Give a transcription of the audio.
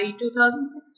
2016